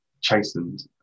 chastened